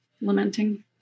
Lamenting